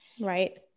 Right